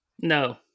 No